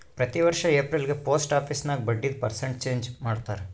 ಪ್ರತಿ ವರ್ಷ ಎಪ್ರಿಲ್ಗ ಪೋಸ್ಟ್ ಆಫೀಸ್ ನಾಗ್ ಬಡ್ಡಿದು ಪರ್ಸೆಂಟ್ ಚೇಂಜ್ ಮಾಡ್ತಾರ್